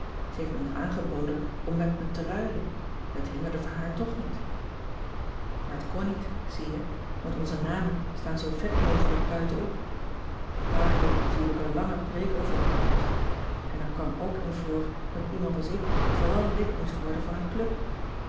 ze heeft me nog aangeboden om met me te ruilen het hinderde voor haar toch niet maar t kon niet zie je want onze namen staan zoo vet mogelijk buiten op pa hield natuurlijk een lange preek over het rapport en er kwam ook in voor dat iemand als ik vooral lid moest worden van een club